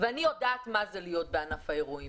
ואני יודעת מה זה להיות בענף האירועים.